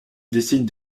dessine